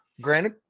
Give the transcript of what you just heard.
Granted